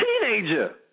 teenager